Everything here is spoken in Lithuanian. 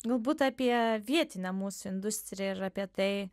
galbūt apie vietinę mūsų industriją ir apie tai